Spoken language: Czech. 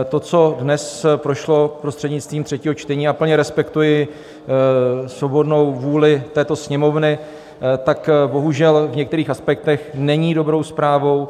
To, co dnes prošlo prostřednictvím třetího čtení já plně respektuji svobodnou vůli této Sněmovny tak bohužel v některých aspektech není dobrou zprávou.